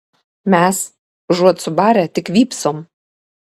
mes užuot subarę tik vypsom